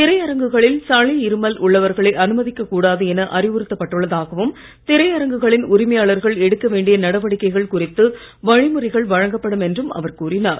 திரையரங்குகளில் சளி இருமல் உள்ளவர்களை அனுமதிக்க கூடாது என அறிவுறுத்தப் பட்டுள்ளதாகவும் திரையரங்குகளின் உரிமையாளர்கள் எடுக்க வேண்டிய நடவடிக்கைகள் குறித்து வழிமுறைகள் வழங்கப்படும் என்றும் அவர் கூறினார்